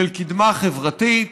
של קדמה חברתית